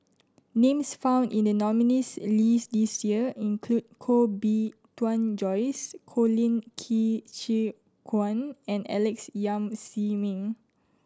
names found in the nominees' list this year include Koh Bee Tuan Joyce Colin Qi Zhe Quan and Alex Yam Ziming